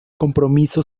compromiso